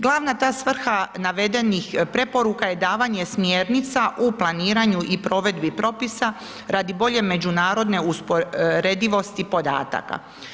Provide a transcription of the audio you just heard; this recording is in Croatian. Glavna ta svrha navedenih preporuka je davanje smjernica u planiranju i provedbi propisa radi bolje međunarodne usporedivosti podataka.